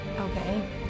Okay